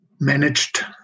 managed